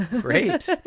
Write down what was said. Great